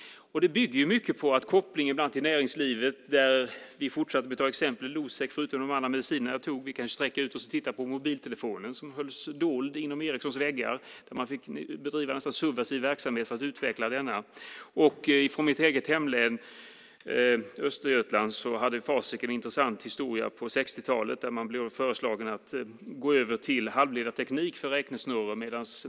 Det bygger ibland mycket på kopplingen till näringslivet. Vi kan fortsatt ta exemplet med Losec förutom de andra medicinerna jag tog upp. Vi kan också sträcka ut oss och titta på mobiltelefonen som hölls dold inom Ericssons väggar. Man fick nästan bedriva subversiv verksamhet för att utveckla denna. I min eget hemlän Östergötland hade Facit en intressant historia på 60-talet. Där blev man föreslagen att gå över till halvledarteknik för räknesnurror.